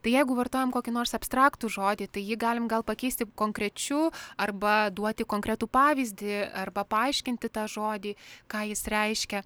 tai jeigu vartojam kokį nors abstraktų žodį tai jį galim gal pakeisti konkrečiu arba duoti konkretų pavyzdį arba paaiškinti tą žodį ką jis reiškia